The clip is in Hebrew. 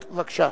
בבקשה.